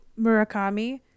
Murakami